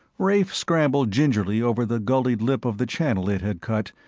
rafe scrambled gingerly over the gullied lip of the channel it had cut,